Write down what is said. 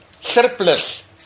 surplus